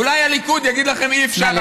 אולי הליכוד יגיד לכם: אי-אפשר,